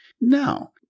Now